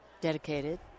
dedicated